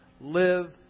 live